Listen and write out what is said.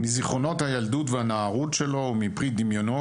מזיכרונות הילדות והנערות שלו ומפרי דמיונו,